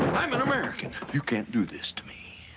i'm an american! you can't do this to me!